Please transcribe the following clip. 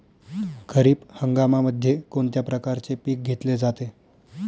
खरीप हंगामामध्ये कोणत्या प्रकारचे पीक घेतले जाते?